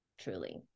Truly